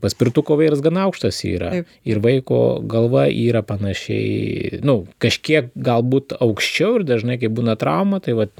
paspirtuko vairas gana aukštas yra ir vaiko galva yra panašiai nu kažkiek galbūt aukščiau ir dažnai kai būna trauma tai vat